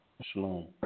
Shalom